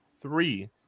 three